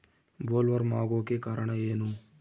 Bollworm ಆಗೋಕೆ ಕಾರಣ ಏನು?